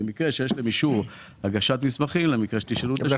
במקרה שיש להם אישור הגשת מסמכים זה בדרך